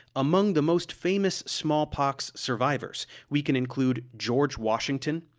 among the most famous smallpox survivors, we can include george washington,